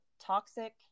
toxic